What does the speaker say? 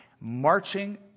marching